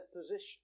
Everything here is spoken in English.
position